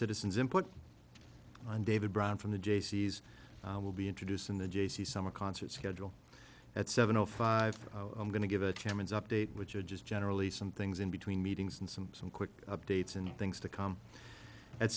citizens input on david brown from the jaycees will be introducing the jaycees summer concert schedule at seven o five i'm going to give a chairman's update which i just generally some things in between meetings and some some quick updates and things to come at